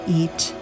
eat